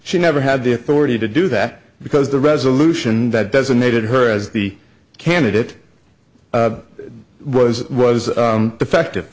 she never had the authority to do that because the resolution that designated her as the candidate was it was defective